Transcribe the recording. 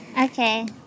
Okay